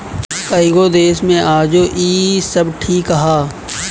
कएगो देश मे आजो इ सब ठीक ह